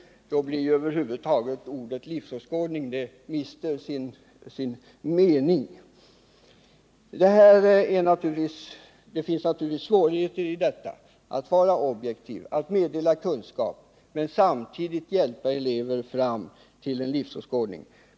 Då mister ju ordet livsåskådning sin mening. Det finns naturligtvis svårigheter i detta att vara objektiv och att meddela kunskap men samtidigt hjälpa elever fram till en livsåskådning.